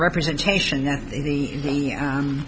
representation that the